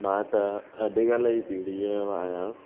मां त अॼुकल्ह ई पीड़ीअ जो आहियां